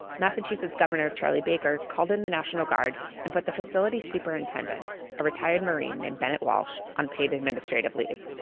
massachusetts governor charlie baker called in the national guard and put the facility superintendent, a retired marine named bennett walsh, on paid administrative leave.